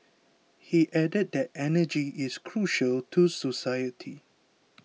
he added that energy is crucial to society